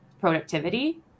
productivity